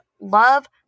love